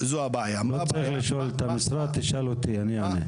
לא צריך לשאול את המשרד, תשאל אותי, אני אענה.